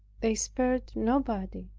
they spared nobody.